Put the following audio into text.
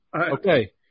Okay